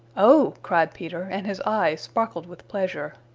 oh! cried peter, and his eyes sparkled with pleasure.